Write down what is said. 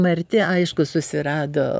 marti aišku susirado